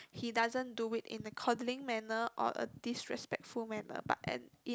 he doesn't do it in a coddling manner or a disrespectful manner but and in